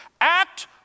Act